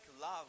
love